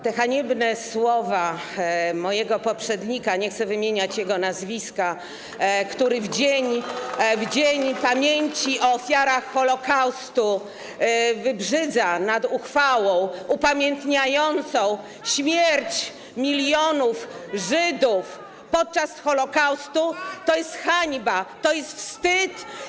Te haniebne słowa mojego poprzednika, nie chcę wymieniać jego nazwiska, który w dzień pamięci o ofiarach Holokaustu wybrzydza na uchwałę upamiętniającą śmierć milionów Żydów podczas Holokaustu, to jest hańba, to jest wstyd.